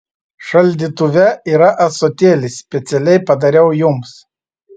šaldytuve yra ąsotėlis specialiai padariau jums